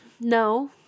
no